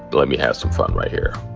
but let me have some fun right here.